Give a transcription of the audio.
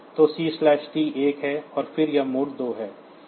तो C T 1 है और फिर यह मोड 2 है